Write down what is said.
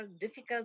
difficult